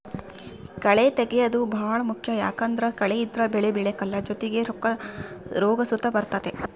ಕಳೇ ತೆಗ್ಯೇದು ಬಾಳ ಮುಖ್ಯ ಯಾಕಂದ್ದರ ಕಳೆ ಇದ್ರ ಬೆಳೆ ಬೆಳೆಕಲ್ಲ ಜೊತಿಗೆ ರೋಗ ಸುತ ಬರ್ತತೆ